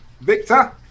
Victor